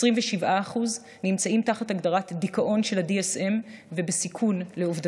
27% נמצאים תחת הגדרת דיכאון לפי ה-DSM ובסיכון לאובדנות.